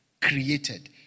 created